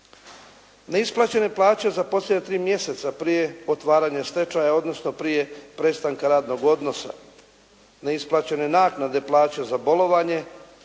Neisplaćene plaće za posljednja tri mjeseca prije otvaranja stečaja odnosno prije prestanka radnog odnosa, neisplaćene naknade plaće za bolovanje